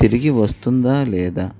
తిరిగి వస్తుందా లేదా